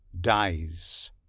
dies